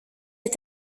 est